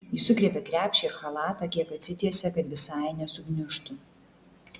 ji sugriebia krepšį ir chalatą kiek atsitiesia kad visai nesugniužtų